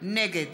נגד